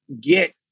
get